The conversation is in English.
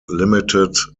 limited